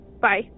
Bye